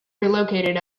relocated